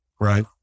Right